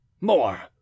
more